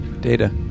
Data